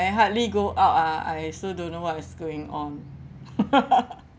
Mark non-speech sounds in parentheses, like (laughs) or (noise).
hardly go out ah I still don't know what's going on (laughs)